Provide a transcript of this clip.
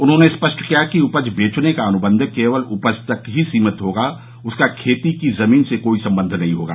उन्होंने स्पष्ट किया कि उपज बेचने का अनुबंध केवल उपज तक ही सीमित होगा और उसका खेती की जमीन से कोई संबंध नहीं होगा